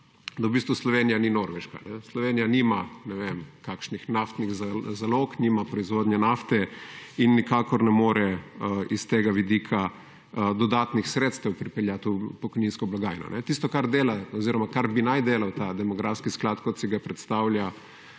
da v bistvu Slovenija ni Norveška. Slovenija nima ne vem kakšnih naftnih zalog, nima proizvodnje nafte in nikakor ne more iz tega vidika dodatnih sredstev pripeljati v pokojninsko blagajno. Tisto kar dela oziroma kar bi naj delal ta demografski sklad kot si ga predstavlja